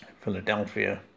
Philadelphia